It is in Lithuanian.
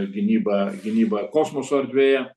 gynyba gynyba kosmoso erdvėje